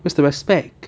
where's the respect